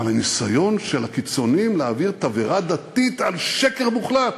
אבל הניסיון של הקיצונים להבעיר תבערה דתית על שקר מוחלט,